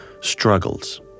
struggles